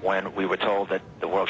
when we were told that the world